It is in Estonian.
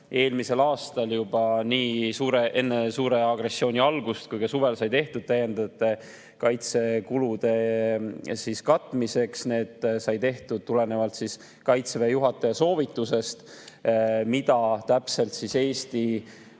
eelmisel aastal juba enne suure agressiooni algust ja suvel said tehtud täiendavate kaitsekulude katmiseks. Need said tehtud tulenevalt Kaitseväe juhataja soovitusest, mida täpselt Eesti